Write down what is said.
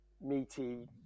meaty